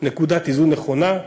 נקודת איזון נכונה.